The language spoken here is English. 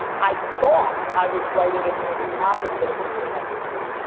i thought i was writing it for the opposite of who we're talking to.